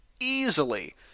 easily